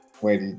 Wait